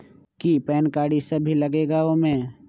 कि PAN card इ सब भी लगेगा वो में?